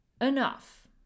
enough